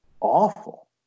awful